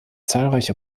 zahlreiche